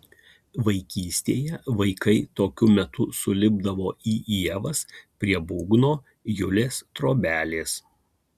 vaikystėje vaikai tokiu metu sulipdavo į ievas prie būgno julės trobelės